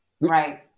right